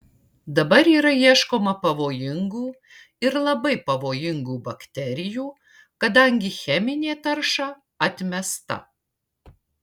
dabar yra ieškoma pavojingų ir labai pavojingų bakterijų kadangi cheminė tarša atmesta